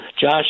Josh